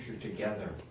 together